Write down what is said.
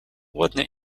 ładny